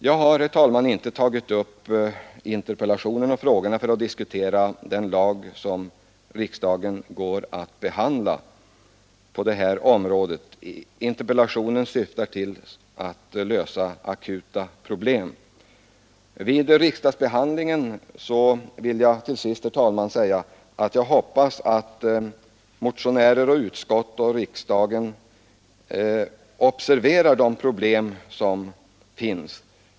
Jag har inte ställt frågorna i interpellationen för att diskutera den lag som riksdagen nu går att behandla. Interpellationen syftar i stället till att lösa akuta problem, Till sist vill jag säga att jag hoppas att motionärer, utskott och riksdagen i övrigt vid behandlingen av dessa frågor observerar de problem som finns.